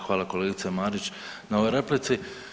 Hvala kolegice Marić na ovoj replici.